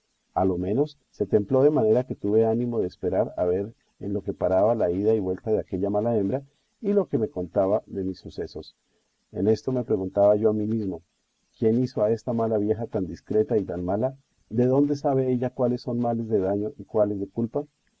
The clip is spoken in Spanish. a lo menos se templó de manera que tuve ánimo de esperar a ver en lo que paraba la ida y vuelta de aquella mala hembra y lo que me contaba de mis sucesos en esto me preguntaba yo a mí mismo quién hizo a esta mala vieja tan discreta y tan mala de dónde sabe ella cuáles son males de daño y cuáles de culpa